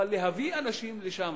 אבל להביא אנשים לשם,